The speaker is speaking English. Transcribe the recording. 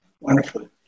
Wonderful